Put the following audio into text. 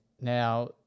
Now